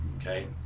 okay